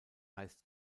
heißt